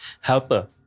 helper